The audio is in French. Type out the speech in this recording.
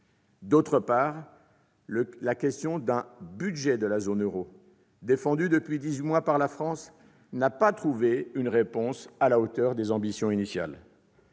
D'autre part, la question d'un budget de la zone euro- l'idée est défendue depuis dix-huit mois par la France - n'a pas trouvé de réponse à la hauteur des ambitions initiales.